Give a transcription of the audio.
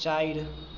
चारि